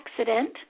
accident